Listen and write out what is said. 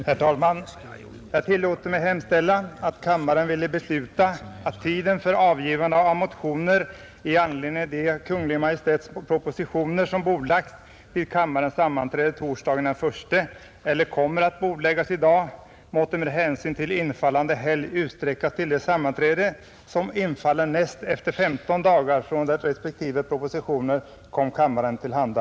Herr talman! Jag tillåter mig hemställa, att kammaren ville besluta, att tiden för avgivande av motioner i anledning av de Kungl. Maj:ts propositioner som bordlagts vid kammarens sammanträde torsdagen den lapril eller i dag, måtte med hänsyn till infallande helg utsträckas till det sammanträde, som infaller näst efter 15 dagar från det respektive propositioner kom kammaren till handa.